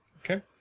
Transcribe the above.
Okay